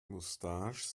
mustache